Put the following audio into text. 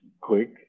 quick